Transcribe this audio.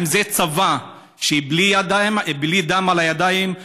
האם זה צבא בלי דם על הידיים?